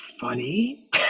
funny